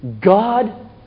God